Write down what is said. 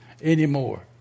anymore